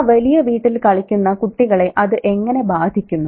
ആ വലിയ വീട്ടിൽ കളിക്കുന്ന കുട്ടികളെ അത് എങ്ങനെ ബാധിക്കുന്നു